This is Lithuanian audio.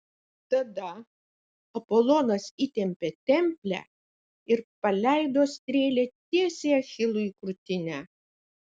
tada apolonas įtempė templę ir paleido strėlę tiesiai achilui į krūtinę